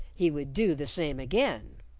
he would do the same again!